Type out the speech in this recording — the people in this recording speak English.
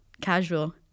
casual